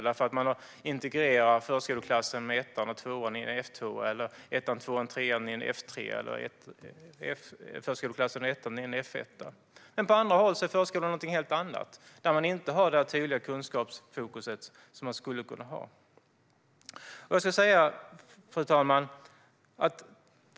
Där har man integrerat förskoleklassen med ettan och tvåan i en F2:a, med ettan, tvåan och trean i en F3:a eller med ettan i en F1:a. På andra håll är förskoleklassen något helt annat, där man inte har det tydliga kunskapsfokus som man skulle kunna ha. Fru talman!